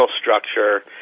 structure